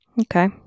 Okay